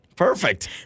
Perfect